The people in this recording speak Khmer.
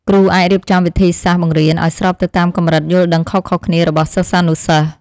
គ្រូអាចរៀបចំវិធីសាស្ត្របង្រៀនឱ្យស្របទៅតាមកម្រិតយល់ដឹងខុសៗគ្នារបស់សិស្សានុសិស្ស។